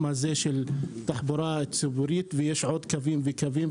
הזה של תחבורה ציבורית ונוספים כל הזמן קווים,